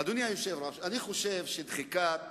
אדוני היושב-ראש, אני חושב שדחיקת